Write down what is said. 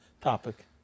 topic